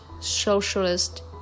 socialist